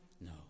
No